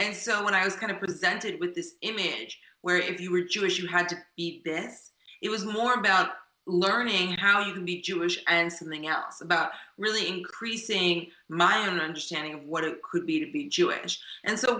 and so when i was kind of presented with this image where if you were jewish you had to be this it was more about learning how to be jewish and something else about really increasing my own understanding of what it could be to be jewish and so